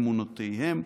אמונותיהם,